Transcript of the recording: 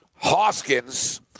Hoskins